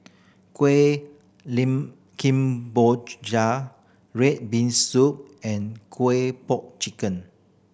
kueh red bean soup and kueh po chicken